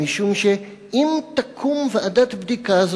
משום שאם תקום ועדת בדיקה,